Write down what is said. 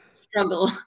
struggle